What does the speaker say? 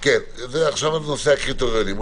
עכשיו נושא הקריטריונים.